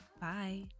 Bye